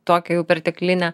tokią jau perteklinę